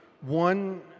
one